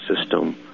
system